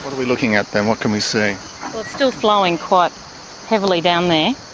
are we looking at then, what can we see? well, it's still flowing quite heavily down there.